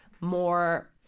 more